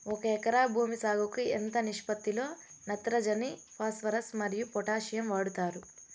ఒక ఎకరా భూమి సాగుకు ఎంత నిష్పత్తి లో నత్రజని ఫాస్పరస్ మరియు పొటాషియం వాడుతారు